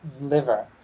liver